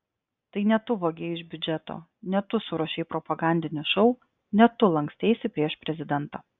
tai ne tu vogei iš biudžeto ne tu suruošei propagandinį šou ne tu lanksteisi prieš prezidentą